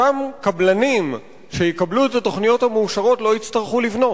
אותם קבלנים שיקבלו את התוכניות המאושרות לא יצטרכו לבנות.